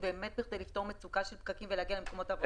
כדי לפתור מצוקה של פקקים ולהגיע למקומות עבודה.